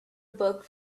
book